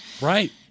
Right